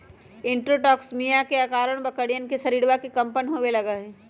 enterotoxaemia के अआरण बकरियन के शरीरवा में कम्पन होवे लगा हई